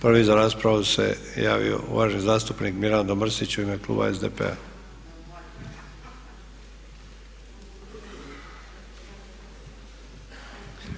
Prvi za raspravu se javio uvaženi zastupnik Mirando Mrsić u ime kluba SDP-a.